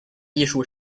艺术